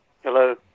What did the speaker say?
Hello